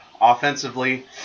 Offensively